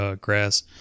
grass